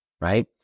right